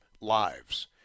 lives